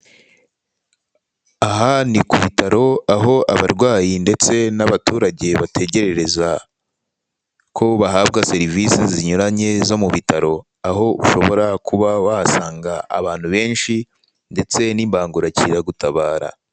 Aha ni ku bitaro aho abarwayi ndetse n'abaturage bategerereza ko bahabwa serivise zinyuranye zo mu bitaro, aho ushobora kuba wahasanga abantu benshi ndetse n'imbangukiragutabara.